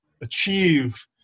achieve